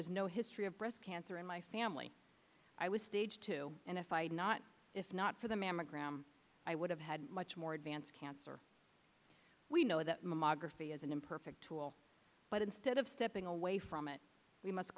is no history of breast cancer in my family i was stage two and if i had not if not for the mammogram i would have had much more advanced cancer we know that mammography is an imperfect tool but instead of stepping away from it we must